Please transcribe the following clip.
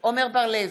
עמר בר-לב,